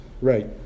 right